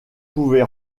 pouvait